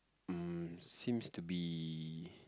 um seems to be